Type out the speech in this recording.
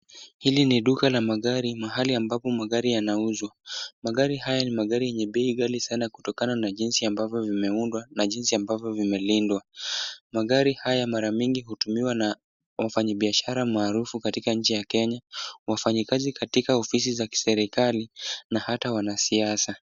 Hili ni duka la magari, mahali ambapo magari yanauzwa. Magari haya ni magari yenye bei ghali sana kutokana na jinsi ambavyo vimeundwa na jinsi ambavyo vimelindwa. Magari haya mara mingi hutumiwa na wafanyibiashara maarufu katika nchi ya Kenya, wafanyikazi katika ofisi za serikali na hata wanasiasa.